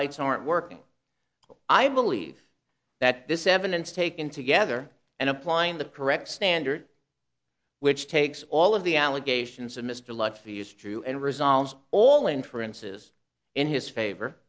lights aren't working i believe that this evidence taken together and applying the correct standard which takes all of the allegations of mr lott for use true and resolves all inferences in his favor